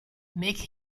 make